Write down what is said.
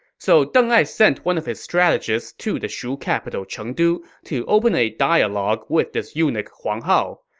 so deng ai sent one of his strategists to the shu capital chengdu to open a dialogue with this eunuch huang hao.